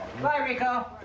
bye ricco,